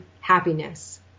happiness